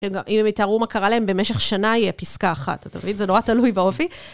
אם הם יתארו מה קרה להם, במשך שנה יהיה פסקה אחת, אתה מבין, זה נורא תלוי באופי.